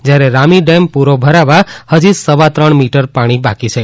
જ્યારે રામી ડેમ પૂરો ભરાવા હજી સવાત્રણ મીટર પાણી બાકી છે